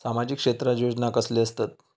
सामाजिक क्षेत्रात योजना कसले असतत?